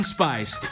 Spice